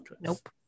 nope